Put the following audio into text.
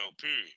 period